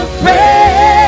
pray